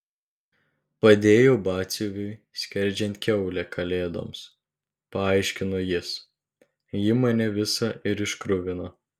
padėjau batsiuviui skerdžiant kiaulę kalėdoms paaiškino jis ji mane visą ir iškruvino